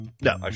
No